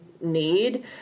need